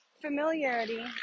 familiarity